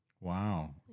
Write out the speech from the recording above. Wow